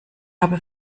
habe